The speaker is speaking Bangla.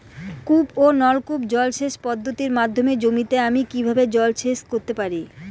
কূপ ও নলকূপ জলসেচ পদ্ধতির মাধ্যমে জমিতে আমি কীভাবে জলসেচ করতে পারি?